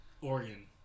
Oregon